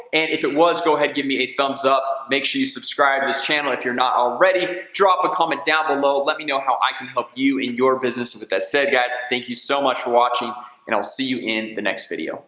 and if it was go ahead give me a thumbs up make sure you subscribe to this channel if you're not already drop a comment down below. let me know how i can help you in your business with that said guys thank you so much for watching and i'll see you in the next video